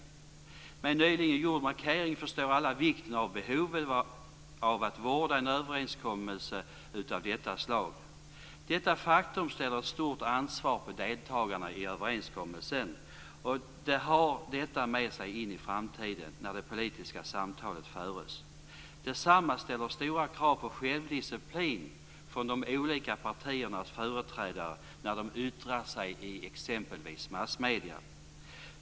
Med tanke på en nyligen gjord markering förstår alla vikten av att vårda en överenskommelse av detta slag. Detta innebär ett stort ansvar för deltagarna i överenskommelsen. De måste ha detta med sig in i framtiden när det politiska samtalet förs. Det ställer också stora krav på självdisciplin från de olika partiernas företrädare när de yttrar sig i exempelvis massmedierna.